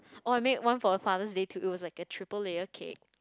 oh I made one for Father's Day too it was a triple layer cake